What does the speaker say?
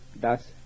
Thus